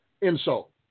insult